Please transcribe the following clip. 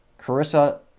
Carissa